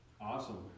Awesome